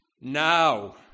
Now